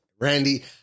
Randy